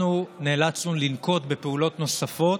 אנחנו נאלצנו לנקוט פעולות נוספות,